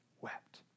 wept